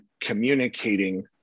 communicating